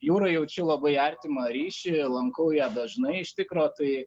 jūrai jaučiu labai artimą ryšį lankau ją dažnai iš tikro tai